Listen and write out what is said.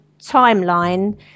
timeline –